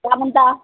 काय म्हणता